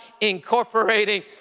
incorporating